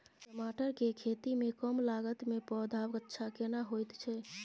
टमाटर के खेती में कम लागत में पौधा अच्छा केना होयत छै?